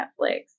Netflix